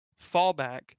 Fallback